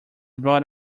brought